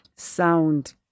sound